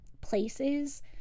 places